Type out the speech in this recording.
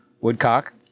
Woodcock